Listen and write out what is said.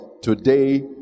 today